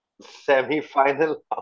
Semi-final